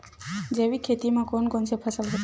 जैविक खेती म कोन कोन से फसल होथे?